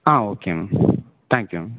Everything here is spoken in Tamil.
ah okay ma'am thank you ma'am